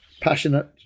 passionate